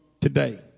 today